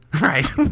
right